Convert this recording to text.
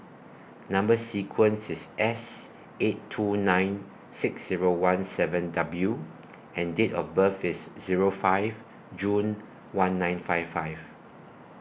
Number sequence IS S eight two nine six Zero one seven W and Date of birth IS Zero five June one nine five five